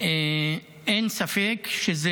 יכול להיות שיש